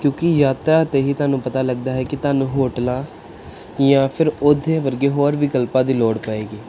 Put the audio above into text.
ਕਿਉਂਕਿ ਯਾਤਰਾ 'ਤੇ ਹੀ ਤੁਹਾਨੂੰ ਪਤਾ ਲੱਗਦਾ ਹੈ ਕਿ ਤੁਹਾਨੂੰ ਹੋਟਲਾਂ ਜਾਂ ਫਿਰ ਉਹਦੇ ਵਰਗੇ ਹੋਰ ਵਿਕਲਪਾਂ ਦੀ ਲੋੜ ਪਵੇਗੀ